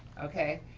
okay,